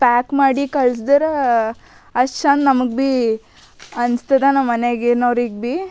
pack ಮಾಡಿ ಕಳ್ಸದ್ರೆ ಅಷ್ಟು ಚಂದ ನಮಗೆ ಭೀ ಅನ್ಸ್ತದೆ ನಮ್ಮನೆಗೆನೋರಿಗೆ ಭೀ